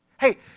Hey